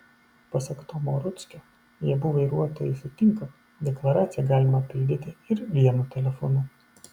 pasak tomo rudzkio jei abu vairuotojai sutinka deklaraciją galima pildyti ir vienu telefonu